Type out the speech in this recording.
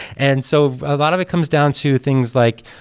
and so a lot of it comes down to things like,